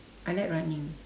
I like running